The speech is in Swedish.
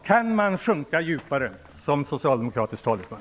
Kan man sjunka djupare som socialdemokratisk talesman?